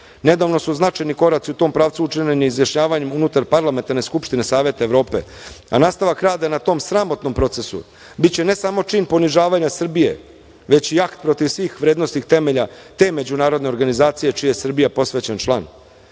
Nedavno su značajni koraci u tom pravcu učinjeni izjašnjavanjem unutar Parlamentarne skupštine Saveta Evrope, a nastavak rada na tom sramotnom procesu biće ne samo čin ponižavanja Srbije, već i akt protiv svih vrednosnih temelja te međunarodne organizacije, čije je Srbija posvećen